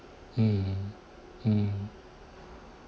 mm mm